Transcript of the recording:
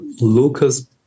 Lucas